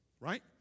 Right